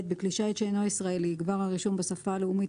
בכלי שיט שאינו ישראלי יגבר הרישום בשפה הלאומית